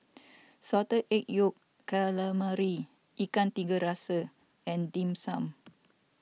Salted Egg Yolk Calamari Ikan Tiga Rasa and Dim Sum